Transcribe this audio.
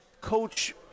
Coach